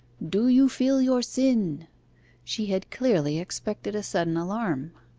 do you feel your sin she had clearly expected a sudden alarm.